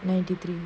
ninety three